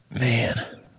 man